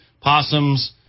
possums